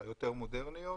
היותר מודרניות,